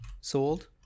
sold